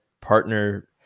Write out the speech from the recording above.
partner